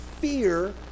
fear